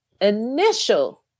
initial